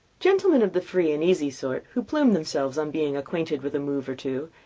gentlemen of the free-and-easy sort, who plume themselves on being acquainted with a move or two,